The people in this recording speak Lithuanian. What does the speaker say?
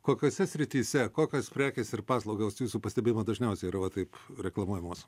kokiose srityse kokios prekės ir paslaugos jūsų pastebėjimu dažniausiai yra va taip reklamuojamos